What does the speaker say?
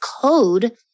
code